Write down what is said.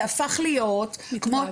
זה הפך להיות מטרד.